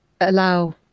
allow